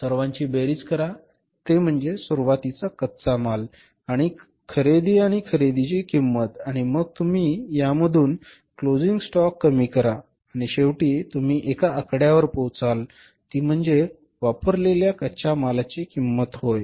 सर्वांची बेरीज करा ते म्हणजे सुरुवातीचा कच्चा माल खरेदी आणि खरेदीची किंमत आणि मग तुम्ही यामधून क्लोजिंग स्टॉक कमी करा आणि शेवटी तुम्ही एका आकड्यावर पोहोचाल ती म्हणजे वापरलेल्या कच्च्या मालाची किंमत होय